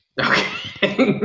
Okay